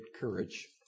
courage